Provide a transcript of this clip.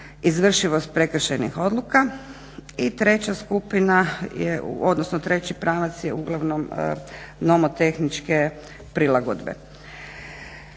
izvršivost prekršajnih odluka i treći pravac je uglavnom nomotehničke prilagodbe.